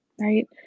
Right